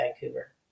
Vancouver